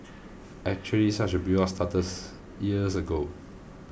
actually such a buildup starts years ago